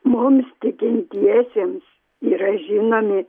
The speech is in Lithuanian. mums tikintiesiems yra žinomi